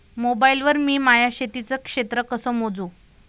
Mobile वर मी माया शेतीचं क्षेत्र कस मोजू?